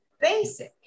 basic